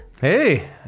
Hey